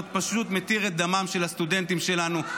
פשוט מתיר את דמם של הסטודנטים שלנו,